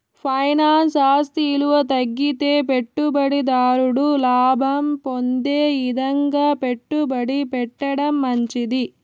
ఫైనాన్స్ల ఆస్తి ఇలువ తగ్గితే పెట్టుబడి దారుడు లాభం పొందే ఇదంగా పెట్టుబడి పెట్టడం మంచిది